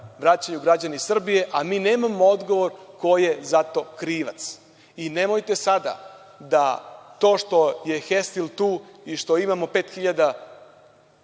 vraćaju građani Srbije, a mi nemamo odgovor ko je za to krivac i nemojte sada da to što je „Hestil“ tu i što imamo pet hiljada